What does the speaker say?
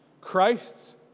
Christ's